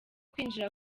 kwinjira